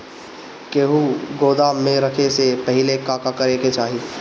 गेहु गोदाम मे रखे से पहिले का का करे के चाही?